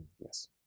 yes